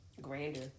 grander